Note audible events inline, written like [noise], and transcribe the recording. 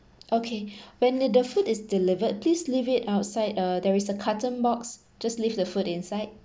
okay [breath] when the food is delivered please leave it outside uh there is a carton box just leave the food inside